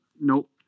nope